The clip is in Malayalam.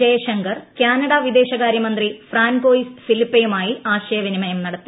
ജയശങ്കർ കാനഡ വിദേശകാര്യമന്ത്രി ഫ്രാൻകോയിസ് ഫിലിപ്പെയുമായി ആശയവിനിമയം നടത്തി